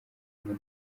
hamwe